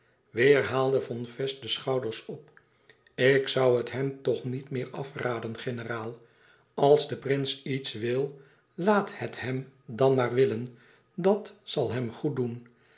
weêr haalde von fest de schouders op ik zoû het hem toch niet meer afraden generaal als de prins iets wil laat het hem dan maar willen dat zal hem goed doen